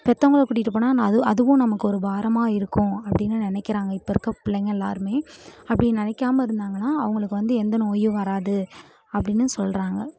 பெற்றவங்கள கூட்டிகிட்டு போனால் நான் அது அதுவும் நமக்கு ஒரு பாரமாக இருக்கும் அப்படினு நினைக்குறாங்க இப்போ இருக்க பிள்ளைங்க எல்லாருமே அப்படி நினைக்காம இருந்தாங்கனால் அவர்களுக்கு வந்து எந்த நோயும் வராது அப்படினு சொல்றாங்க